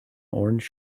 orange